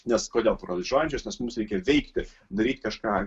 nes kodėl paralyžiuojančios nes mums reikia veikti daryti kažką